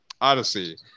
odyssey